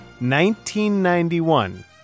1991